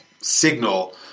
signal